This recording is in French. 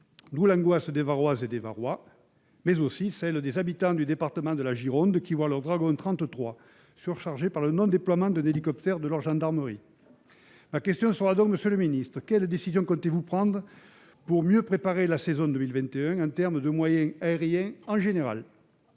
D'où l'angoisse des Varoises et des Varois, mais aussi celle des habitants du département de la Gironde, qui voient leur Dragon 33 surchargé par le non-déploiement d'un hélicoptère de la gendarmerie. Ma question est donc la suivante, monsieur le ministre : quelles décisions comptez-vous prendre pour mieux préparer la saison 2021 en termes de moyens aériens en général ?